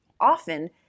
often